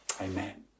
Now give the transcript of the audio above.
Amen